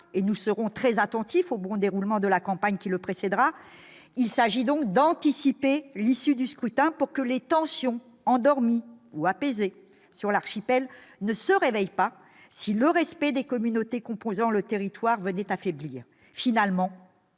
nous serons très attentifs au bon déroulement de la campagne qui le précédera -, il s'agit d'anticiper l'issue du scrutin pour que les tensions endormies ou apaisées sur l'archipel ne se réveillent pas, si le respect des communautés composant le territoire venait à faiblir. Finalement,